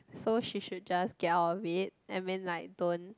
so she should just get out of it I mean like don't